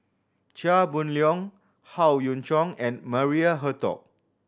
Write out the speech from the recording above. Chia Boon Leong Howe Yoon Chong and Maria Hertogh